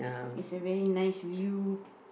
it's a very nice view